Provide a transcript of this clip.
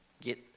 get